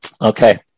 Okay